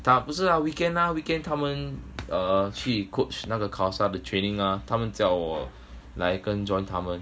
打不是 ah weekend ah weekend 他们 err 去 coach 那个 class ah 的 training mah 他们叫我来跟 john 他们